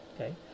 okay